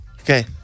okay